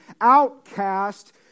outcast